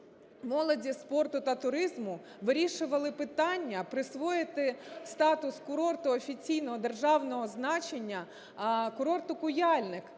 молоді, спорту та туризму вирішували питання присвоїти статус курорту офіційного державного значення курорту "Куяльник".